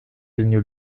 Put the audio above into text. devenue